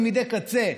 לתלמידי קצה,